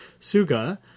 Suga